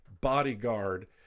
bodyguard